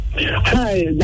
hi